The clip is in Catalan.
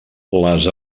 les